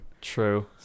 True